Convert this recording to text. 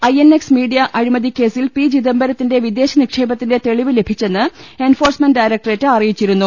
INX media അഴിമതിക്കേസിൽ പി ചിദംബര ത്തിന്റെ വിദേശ നിക്ഷേപത്തിന്റെ തെളിവ് ലഭിച്ചെന്ന് എൻഫോ ഴ്സ്മെന്റ് ഡയറക്ട്രേറ്റ് അറിയിച്ചിരുന്നു